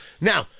Now